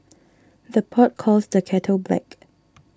the pot calls the kettle black